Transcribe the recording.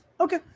okay